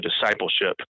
discipleship